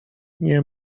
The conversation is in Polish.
nie